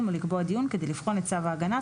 או לקבוע דיון כדי לבחון את צו ההגנה,